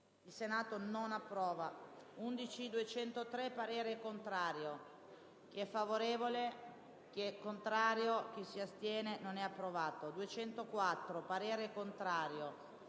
**Il Senato non approva.**